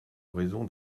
raison